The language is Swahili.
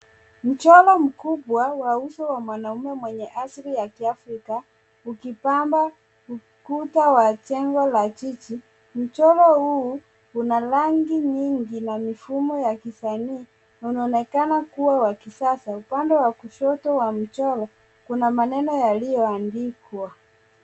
Mchoro mkubwa wa uso wa mwanamume mwenye asili ya kiafrika ukipamba ukuta wa jengo la jiji. Mchoro huu una rangi nyingi na mifumo ya kisanii, na unaonekana kuwa wa kisasa. Upande wa kushoto wa mchoro kuna maneno yaliyoandikwa.